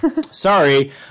Sorry